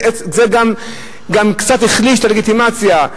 זה גם קצת החליש את הלגיטימציה,